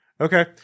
Okay